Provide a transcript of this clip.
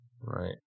Right